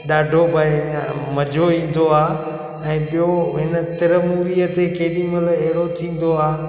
ॾाढो भाई न मज़ो ईंदो आहे ऐं ॿियो हिन तिरमूरीअ ते केॾीमहिल अहिड़ो थींदो आहे